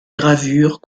gravure